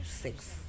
six